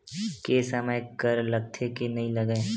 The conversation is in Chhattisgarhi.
के समय कर लगथे के नइ लगय?